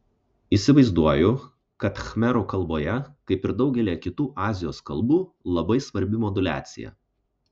įsivaizduoju kad khmerų kalboje kaip ir daugelyje kitų azijos kalbų labai svarbi moduliacija